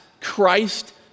Christ